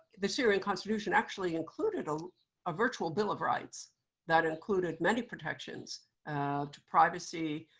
the syrian constitution actually included a ah virtual bill of rights that included many protections to privacy.